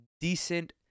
decent